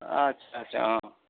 अच्छा अच्छा अँ